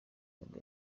nibwo